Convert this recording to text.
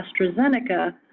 AstraZeneca